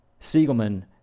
Siegelman